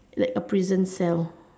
like a prison cell